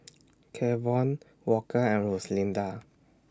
Kevon Walker and Rosalinda